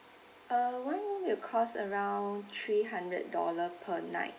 uh one will cost around three hundred dollars per night